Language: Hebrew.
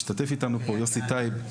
משתתף איתנו פה יוסי טייב,